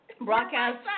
Broadcast